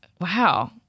Wow